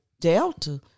Delta